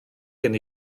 gen